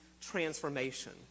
transformation